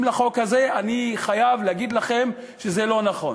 לחוק הזה אני חייב להגיד לכם שזה לא נכון,